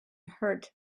hurt